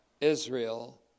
Israel